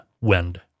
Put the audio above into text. wind